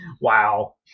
Wow